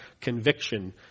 conviction